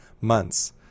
months